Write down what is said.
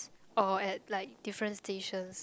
or at like different stations